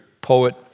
poet